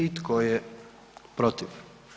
I tko je protiv?